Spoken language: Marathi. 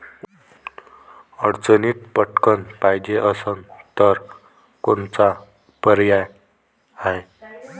अडचणीत पटकण पायजे असन तर कोनचा पर्याय हाय?